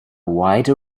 wide